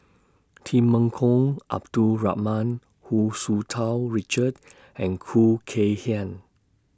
Temenggong Abdul Rahman Hu Tsu Tau Richard and Khoo Kay Hian